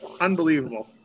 Unbelievable